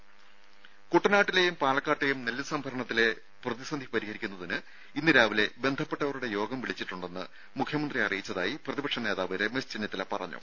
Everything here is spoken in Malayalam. രുര കുട്ടനാട്ടിലേയും പാലക്കാട്ടേയും നെല്ല് സംഭരണത്തിലെ പ്രതിസന്ധി പരിഹരിക്കുന്നതിന് ഇന്ന് രാവിലെ ബന്ധപ്പെട്ടവരുടെ യോഗം വിളിച്ചിട്ടുണ്ടെന്ന് മുഖ്യമന്ത്രി അറിയിച്ചതായി പ്രതിപക്ഷ നേതാവ് രമേശ് ചെന്നിത്തല പറഞ്ഞു